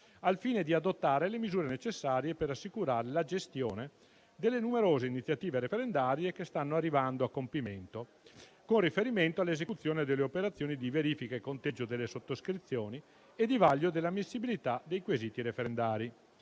al fine di adottare le misure necessarie per assicurare la gestione delle numerose iniziative referendarie che stanno arrivando a compimento con riferimento all'esecuzione delle operazioni di verifica e conteggio delle sottoscrizioni e di vaglio dell'ammissibilità dei quesiti referendari.